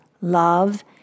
love